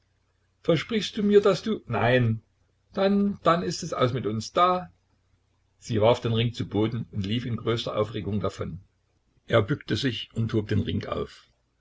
versprichst du mir daß du nein dann dann ist es aus mit uns da sie warf den ring zu boden und lief in größter aufregung davon er bückte sich und hob den ring auf